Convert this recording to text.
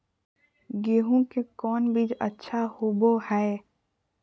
गेंहू के कौन बीज अच्छा होबो हाय?